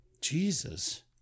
Jesus